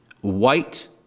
white